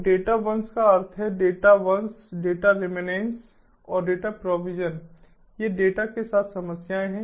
तो डेटा वंश का अर्थ है डेटा वंश डेटा रिमैनेंस और डेटाप्रोविज़न ये डेटा के साथ समस्याएँ हैं